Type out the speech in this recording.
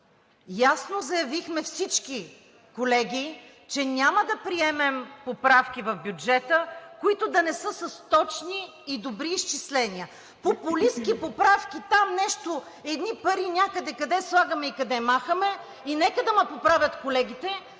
ясно заявихме всички колеги, че няма да приемем поправки в бюджета, които да не са с точни и добри изчисления. Популистки поправки нещо – едни пари някъде слагаме и някъде махаме, и нека да ме поправят колегите